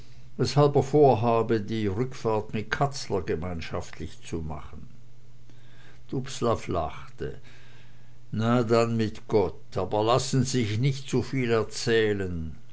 weshalb er vorhabe die rückfahrt mit katzler gemeinschaftlich zu machen dubslav lachte na dann mit gott aber lassen sie sich nicht zuviel erzählen